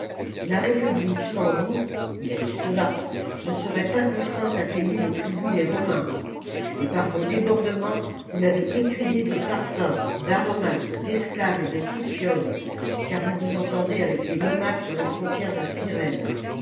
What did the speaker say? la république sans vous il a dit cela ne serait pas contrainte à payer le tribut des romains et par vos débordements vous l'avez épuisée de parfums d'aromates d'esclaves et de silphium car vous vous entendez avec les nomades sur la frontière de cyrène